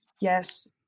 Yes